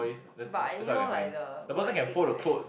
but and you know like the work ethics is it